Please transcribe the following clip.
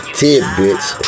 tidbits